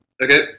Okay